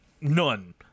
none